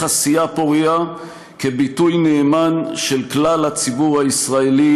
עשייה פורייה כביטוי נאמן של כלל הציבור הישראלי,